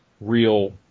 real